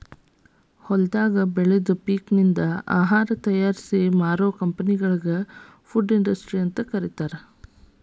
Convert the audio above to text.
ಹೊಲದಾಗ ಬೆಳದ ಪೇಕನಿಂದ ಆಹಾರ ತಯಾರಿಸಿ ಮಾರೋ ಕಂಪೆನಿಗಳಿ ಫುಡ್ ಇಂಡಸ್ಟ್ರಿ ಅಂತ ಕರೇತಾರ